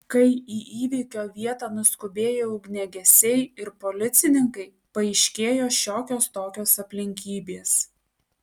kai į įvykio vietą nuskubėjo ugniagesiai ir policininkai paaiškėjo šiokios tokios aplinkybės